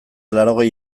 laurogei